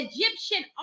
Egyptian